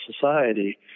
society—